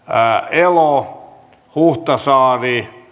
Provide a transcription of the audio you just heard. elo huhtasaari